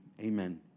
amen